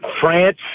France